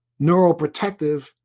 neuroprotective